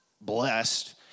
blessed